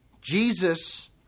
Jesus